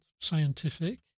scientific